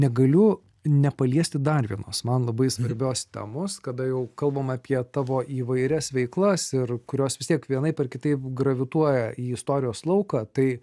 negaliu nepaliesti dar vienos man labai svarbios temos kada jau kalbam apie tavo įvairias veiklas ir kurios vis tiek vienaip ar kitaip gravituoja į istorijos lauką tai